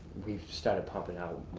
we started pumpin' out